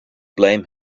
blame